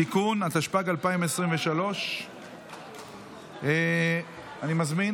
(תיקון), התשפ"ג 2023. אני מזמין